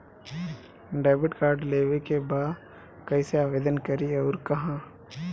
Debit card लेवे के बा कइसे आवेदन करी अउर कहाँ?